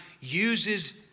uses